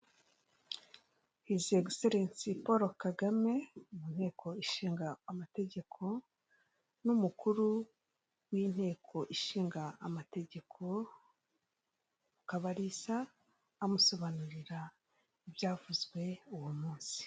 Hizegiselensi Paul kagame mu nteko ishinga amategeko n'umukuru w'inteko ishinga amategeko Mukabalisa amusobanurira ibyavuzwe uwo munsi.